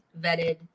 vetted